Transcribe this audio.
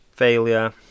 Failure